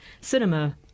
cinema